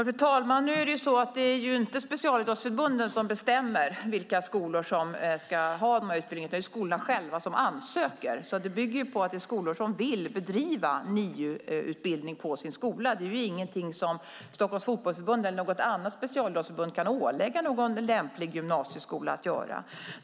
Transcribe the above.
Fru talman! Det är ju inte specialidrottsförbunden som bestämmer vilka skolor som ska ha de här utbildningarna, utan det är skolorna själva som ansöker. Det bygger alltså på att det finns skolor som vill bedriva NIU-utbildning. Det är inget som Stockholms Fotbollförbund eller något annat specialidrottsförbund kan ålägga någon lämplig gymnasieskola att göra.